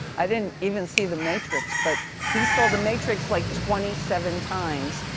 i didn't even see the matrix, but he saw the matrix like twenty seven times,